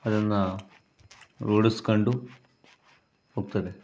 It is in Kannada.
ಅದನ್ನು ರೂಢಿಸ್ಕೊಂಡು ಹೋಗ್ತಾರೆ